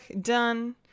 done